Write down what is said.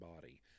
body